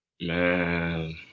Man